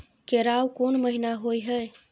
केराव कोन महीना होय हय?